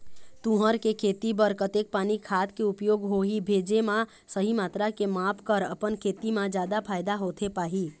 तुंहर के खेती बर कतेक पानी खाद के उपयोग होही भेजे मा सही मात्रा के माप कर अपन खेती मा जादा फायदा होथे पाही?